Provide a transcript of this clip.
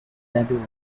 babylon